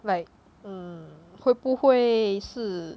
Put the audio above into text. like hmm 会不会是